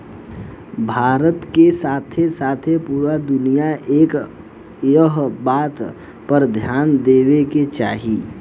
भारत के साथे साथे पूरा दुनिया के एह बात पर ध्यान देवे के चाही